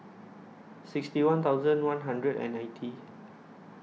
sixty one thousand one hundred and ninety